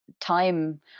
time